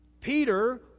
Peter